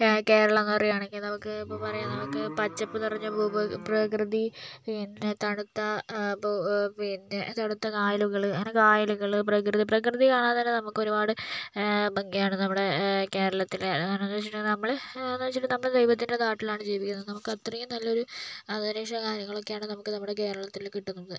കേ കേരളം എന്ന് പറയുകയാണെങ്കിൽ നമുക്ക് ഇപ്പം പറയാം നമുക്ക് പച്ചപ്പ് നിറഞ്ഞ ഭൂപ പ്രകൃതി പിന്നെ തണുത്ത ഭൂ പിന്നെ തണുത്ത കായലുകള് അങ്ങനെ കായലുകള് പ്രകൃതി പ്രകൃതി കാണാൻ തന്നെ നമ്മക്കൊരുപാട് ഭംഗിയാണ് നമ്മുടെ കേരളത്തിലെ എന്താന്ന് വച്ചിട്ടുണ്ടെങ്കിൽ നമ്മള് എന്താന്ന് വച്ചിട്ടുണ്ടെങ്കിൽ നമ്മള് ദൈവത്തിൻ്റെ നാട്ടിലാണ് ജീവിക്കുന്നത് നമക്കത്രയും നല്ലൊരു അന്തരീക്ഷവും കാര്യങ്ങളൊക്കെയാണ് നമുക്ക് നമ്മുടെ കേരളത്തിൽ കിട്ടുന്നത്